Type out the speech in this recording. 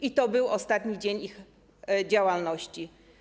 I to był ostatni dzień ich działalności.